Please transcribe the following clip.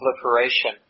proliferation